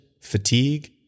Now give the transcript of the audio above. fatigue